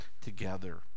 together